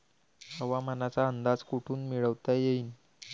हवामानाचा अंदाज कोठून मिळवता येईन?